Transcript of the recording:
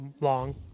long